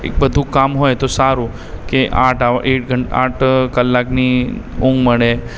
એક બધુ કામ હોય તો સારું કે આઠ અવ એઇટ ઘં આઠ કલાકની ઊંઘ મળે